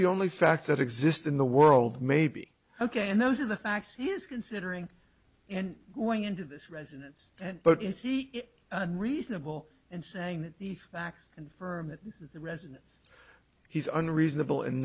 the only facts that exist in the world maybe ok and those are the facts he is considering and going into this residence and but if he is reasonable and saying that these facts and firm that this is the residence he's unreasonable